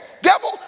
devil